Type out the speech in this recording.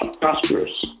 prosperous